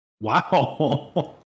Wow